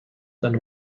than